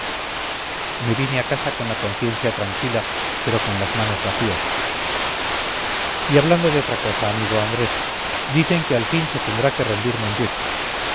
me vine a casa con la conciencia tranquila pero con las manos vacías y hablando de otra cosa amigo andrés dicen que al fin se tendrá que rendir